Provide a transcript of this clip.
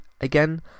again